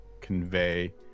convey